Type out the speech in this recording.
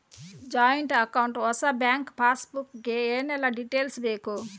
Joint account ಹೊಸ bank passbook ಗೆ ಏನೆಲ್ಲ ಡೀಟೇಲ್ಸ್ ಬೇಕು?